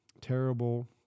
terrible